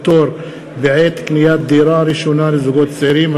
פטור בעת קניית דירה ראשונה לזוגות צעירים),